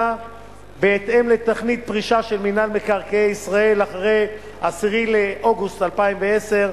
בהתאם לתוכנית פרישה של מקרקעי ישראל אחרי 10 באוגוסט 2010,